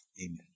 Amen